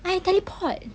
I teleport